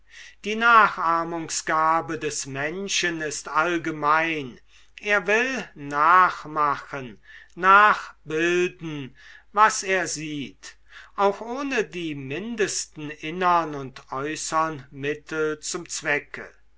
die nachahmungsgabe des menschen ist allgemein er will nachmachen nachbilden was er sieht auch ohne die mindesten innern und äußern mittel zum zwecke